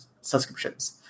subscriptions